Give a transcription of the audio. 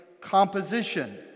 composition